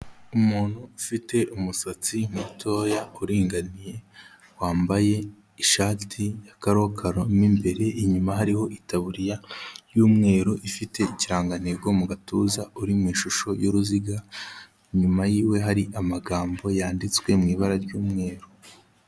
Umuntu ufite umusatsi mutoya uringaniye, wambaye ishati ya karokaro mo imbere, inyuma hariho itaburiya y'umweru ifite ikirangantego mu gatuza uri mu ishusho y'uruziga, inyuma yiwe hari amagambo yanditswe mu ibara ry'umweru.